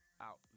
out